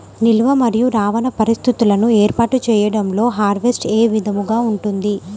నిల్వ మరియు రవాణా పరిస్థితులను ఏర్పాటు చేయడంలో హార్వెస్ట్ ఏ విధముగా ఉంటుంది?